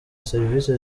serivisi